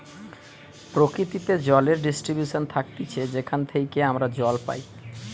প্রকৃতিতে জলের ডিস্ট্রিবিউশন থাকতিছে যেখান থেইকে আমরা জল পাই